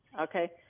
Okay